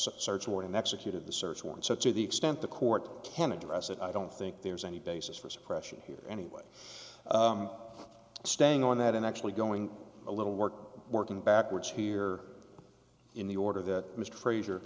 search warrant executed the search warrant such to the extent the court can address it i don't think there's any basis for suppression anyway staying on that and actually going a little work working backwards here in the order that mr frazier